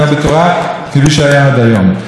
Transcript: לכן אני רוצה לציין את דבריו של ראש הממשלה היום,